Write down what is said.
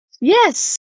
Yes